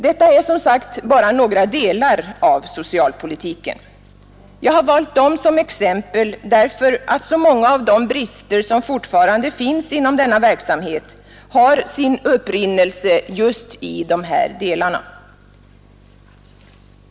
Detta är, som sagt, bara några delar av socialpolitiken. Jag har valt dem som exempel därför att så många av de brister som fortfarande finns inom denna verksamhet har sin upprinnelse just i de här delarna.